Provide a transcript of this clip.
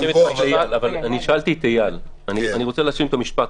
אני רוצה להשלים את המשפט,